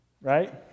right